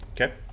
Okay